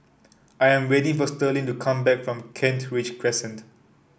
I am waiting for Sterling to come back from Kent Ridge Crescent